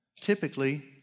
typically